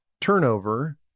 turnover